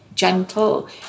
gentle